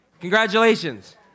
congratulations